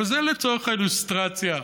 אבל זה לצורך האילוסטרציה.